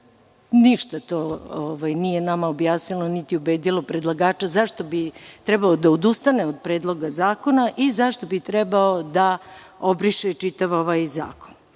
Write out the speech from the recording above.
Nama to ništa nije objasnilo, niti je predlagača ubedilo zašto bi trebalo da odustane od Predloga zakona i zašto bi trebao da obriše čitav ovaj zakon.